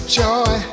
joy